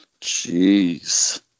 Jeez